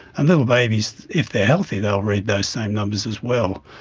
and little babies, if they are healthy they will read those same numbers as well.